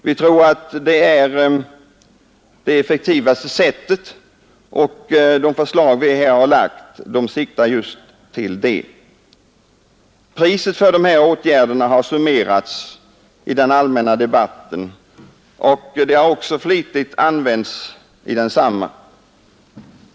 Vi tror att det är det effektivaste sättet, och det förslag som vi har lagt fram siktar just dit. Priset för de här åtgärderna har summerats i den allmänna debatten och även flitigt använts i den politiska debatten.